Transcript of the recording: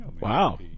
Wow